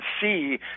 see